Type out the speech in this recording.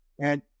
And-